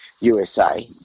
USA